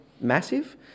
massive